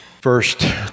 First